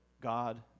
God